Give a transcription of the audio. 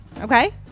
Okay